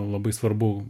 labai svarbu